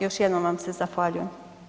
Još jednom vam se zahvaljujem.